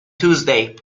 tuesday